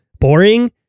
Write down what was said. boring